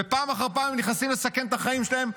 ופעם אחר פעם נכנסים לסכן את החיים שלהם.